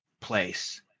place